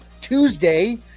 Tuesday